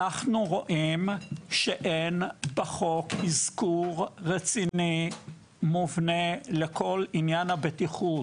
אנחנו רואים שאין בחוק אזכור רציני מובנה לכל עניין הבטיחות,